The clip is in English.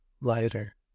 lighter